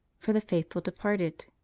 for the faithful departed.